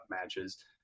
matches